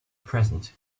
present